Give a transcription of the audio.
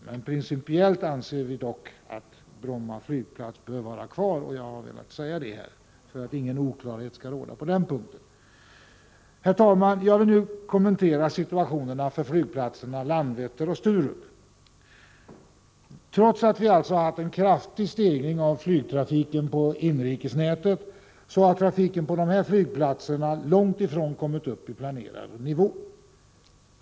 Jag har dock här för att ingen oklarhet skall råda på denna punkt velat framhålla att vi principiellt anser att Bromma flygplats bör vara kvar. Herr talman! Jag vill nu kommentera situationerna för flygplatserna Landvetter och Sturup. Trots att det har skett en kraftig stegring av trafiken på inrikesnätet har trafiken på dessa flygplatser långt ifrån kommit upp till planerad nivå.